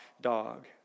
dog